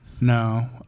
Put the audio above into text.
no